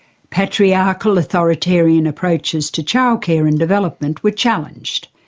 patriarchal, authoritarian approaches to childcare and development were challenged.